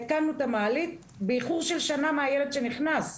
התקנו את המעלית באיחור של שנה אחרי שהילד נכנס.